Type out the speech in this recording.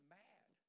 mad